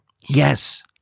Yes